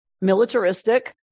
militaristic